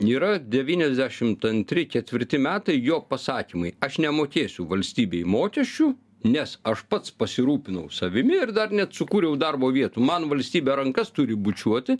yra devyniasdešimt antri ketvirti metai jo pasakymai aš nemokėsiu valstybei mokesčių nes aš pats pasirūpinau savimi ir dar net sukūriau darbo vietų man valstybė rankas turi bučiuoti